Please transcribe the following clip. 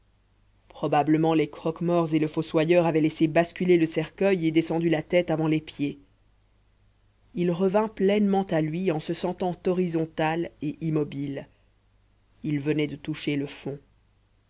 probablement les croque-morts et le fossoyeur avaient laissé basculer le cercueil et descendu la tête avant les pieds il revint pleinement à lui en se sentant horizontal et immobile il venait de toucher le fond